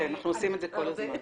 כן, אנחנו עושים את זה כל הזמן.